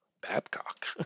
babcock